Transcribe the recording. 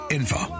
info